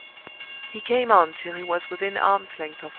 he came on till he was within arms-length of her